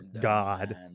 God